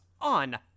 on